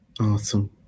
Awesome